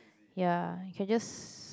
ya you can just